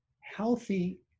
healthy